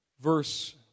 verse